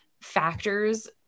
factors